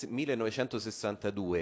1962